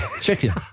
Chicken